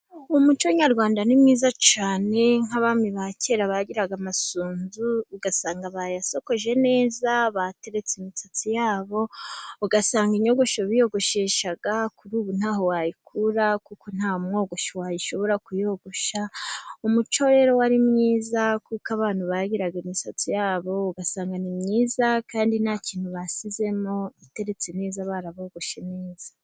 Umuco nyarwanda ni mwiza cyane. Nk'abami ba kera bagiraga amasunzu, ugasanga bayasokoje neza, bateretse imisatsi yabo. Ugasanga inyogoshyo biyogosheshaga, kuri ubu ntaho wayikura, kuko nta mwogoshi wayishobora kuyogosha. Umuco rero wari mwiza, kuko abantu bagiraga imisatsi yabo, ugasanga ni myiza kandi nta kintu basizemo, iteretse neza barabogoshe neza.